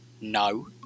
no